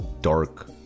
dark